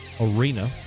arena